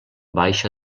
baixa